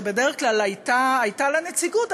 שבדרך כלל הייתה לה נציגות,